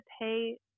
pay